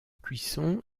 cuisson